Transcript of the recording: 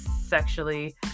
sexually